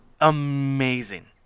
amazing